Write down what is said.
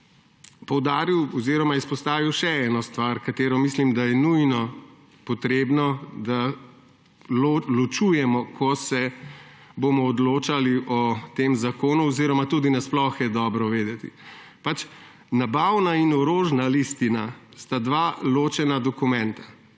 poudaril oziroma izpostavil še eno stvar, za katero mislim, da je nujno potrebno, da jo ločujemo, ko se bomo odločali o tem zakonu oziroma tudi na sploh je dobro vedeti. Nabavna in orožna listina sta dva ločena dokumenta.